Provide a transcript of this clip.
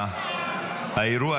האירוע.